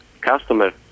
customer